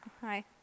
hi